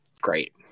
great